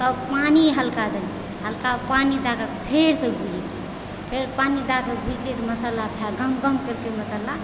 तऽ पानि हल्का देलियै हल्का पानि दएके फेरसँ भुजलियै फेर पानि दऽके भुजैत मसल्ला गम गम करै छै मसल्ला